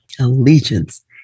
allegiance